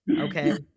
okay